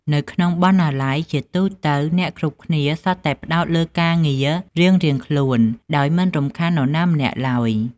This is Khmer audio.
នៅក្នុងបណ្ណាល័យ ជាទូទៅអ្នកគ្រប់គ្នាសុទ្ធតែផ្តោតលើការងាររៀងៗខ្លួនដោយមិនរំខាននរណាម្នាក់ឡើយ។